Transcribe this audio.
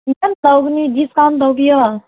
ꯌꯥꯝ ꯆꯥꯎꯕꯅꯤ ꯗꯤꯁꯀꯥꯎꯟ ꯇꯧꯕꯤꯌꯣ